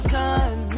time